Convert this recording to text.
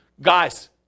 guys